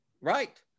Right